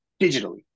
digitally